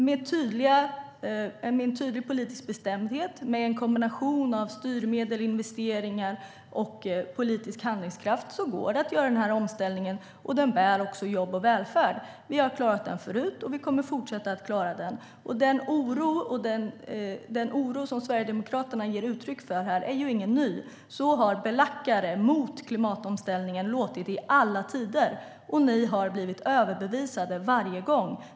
Med tydlig politisk bestämdhet och med en kombination av styrmedel, investeringar och politisk handlingskraft går det att göra omställningen. Den bär också jobb och välfärd. Vi har klarat den förut. Och vi kommer att fortsätta klara den. Den oro som Sverigedemokraterna ger uttryck för här är inte ny. Så har belackare mot klimatomställningen låtit i alla tider. Och ni har blivit överbevisade varje gång, Martin Kinnunen.